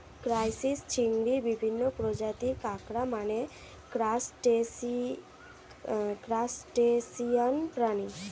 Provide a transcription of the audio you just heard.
crisis, চিংড়ি, বিভিন্ন প্রজাতির কাঁকড়া মানে ক্রাসটেসিয়ান প্রাণী